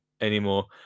anymore